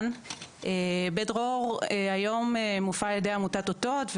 בית דרור היום מופעל על ידי עמותת אותות,